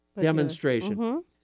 demonstration